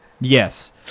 Yes